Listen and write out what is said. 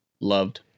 Loved